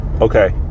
Okay